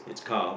is carbs